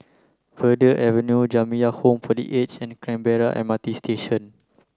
Verde Avenue Jamiyah Home for the Aged and Canberra M R T Station